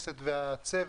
לכולם.